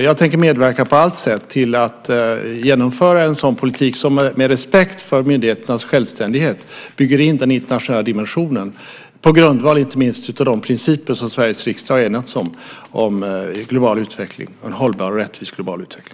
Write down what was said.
Jag tänker medverka på allt sätt till att genomföra en sådan politik som med respekt för myndigheternas självständighet bygger in den internationella dimensionen, inte minst på grundval av de principer som Sveriges riksdag har enats om beträffande en hållbar och rättvis global utveckling.